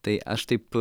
tai aš taip